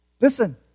Listen